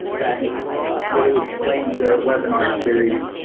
that really explains the webinar series.